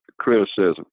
criticism